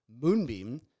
Moonbeam